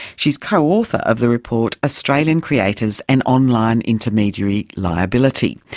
she is co-author of the report australian creators and online intermediary liability,